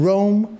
Rome